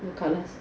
what colours